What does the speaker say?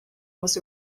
was